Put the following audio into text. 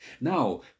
Now